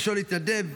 ראשון להתנדב,